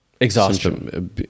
exhaustion